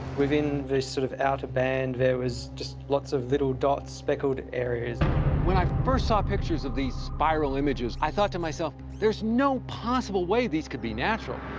within this sort of outer band, there was just lots of little dots, speckled areas. cerveny when i first saw pictures of these spiral images, i thought to myself, there's no possible way these could be natural.